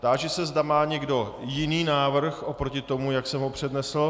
Táži se, zda má někdo jiný návrh proti tomu, jak jsem ho přednesl.